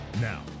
Now